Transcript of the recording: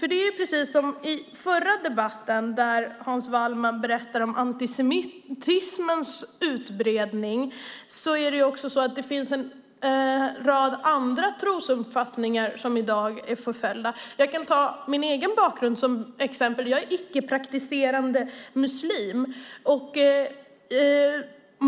I den förra debatten berättade Hans Wallmark om antisemitismens utbredning. Det finns också rad andra trosuppfattningar som är förföljda. Jag kan ta min egen bakgrund som exempel. Jag är icke-praktiserande muslim.